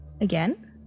again